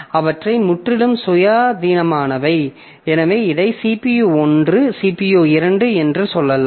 அவை முற்றிலும் சுயாதீனமானவை எனவே இதைப் CPU 1 CPU 2 என்று சொல்லலாம்